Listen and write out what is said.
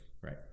Right